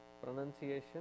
pronunciation